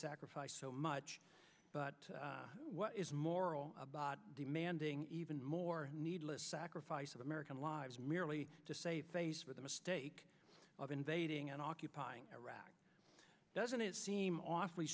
sacrificed so much but what is moral about demanding even more needless sacrifice of american lives merely to save face with the mistake of invading and occupying iraq doesn't it seem awfully